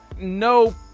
no